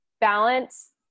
balance